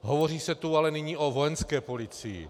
Hovoří se tu ale nyní o Vojenské policii.